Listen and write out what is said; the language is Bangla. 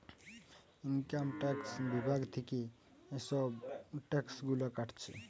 ইনকাম ট্যাক্স বিভাগ থিকে এসব ট্যাক্স গুলা কাটছে